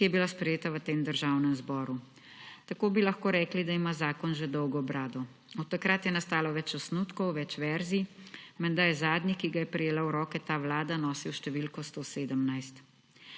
ki je bila sprejeta v tem državnem zboru. Tako bi lahko rekli, da ima zakon že dolgo brado. Od takrat je nastalo več osnutkov, več verzij, menda je zadnji, ki ga je prejela v roke ta vlada, nosil številko 117.